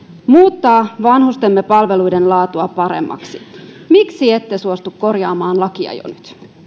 muuttaa vanhustemme palveluiden laatua paremmaksi miksi ette suostu korjaamaan lakia jo nyt